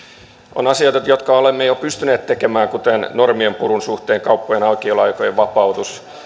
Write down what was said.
on asioita jotka olemme jo pystyneet tekemään kuten normien purun suhteen kauppojen aukioloaikojen vapautuksen